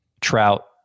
Trout